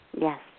Yes